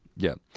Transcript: yeah.